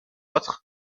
autres